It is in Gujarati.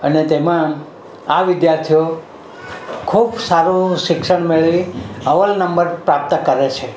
અને તેમાં આ વિદ્યાર્થીઓ ખૂબ સારું એવું શિક્ષણ મેળવી અવ્વલ નંબર પ્રાપ્ત કરે છે